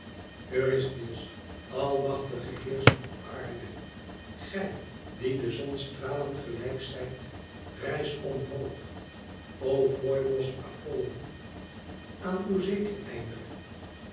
eurystheus almachtige heerscher op aarde gij die de zon stralend gelijk zijt rijs omhoog o foibos apollo aan uw zeteleinder